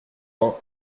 vingt